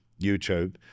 YouTube